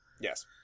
yes